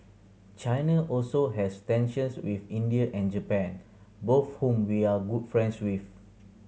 China also has tensions with India and Japan both whom we are good friends with